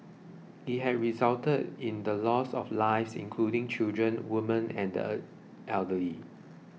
it has resulted in the loss of lives including children women and the elderly